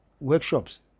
Workshops